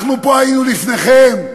אנחנו היינו פה לפניכם,